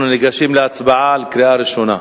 אנחנו ניגשים להצבעה בקריאה ראשונה.